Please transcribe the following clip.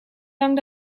lang